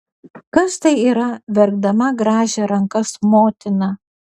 kas tai yra verkdama grąžė rankas motina